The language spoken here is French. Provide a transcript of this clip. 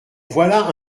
voilà